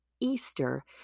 easter